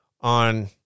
on